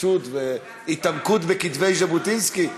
התחדשות והתעמקות בכתבי ז'בוטינסקי,